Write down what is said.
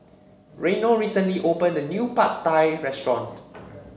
Reino recently opened a new Pad Thai restaurant